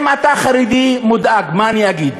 אם אתה חרדי מודאג, מה אני אגיד?